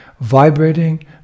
vibrating